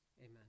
amen